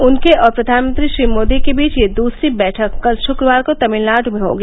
उनके और प्रधानमंत्री श्री मोदी के बीच यह दूसरी बैठक कल शुक्रवार को तमिलनाडु में होगी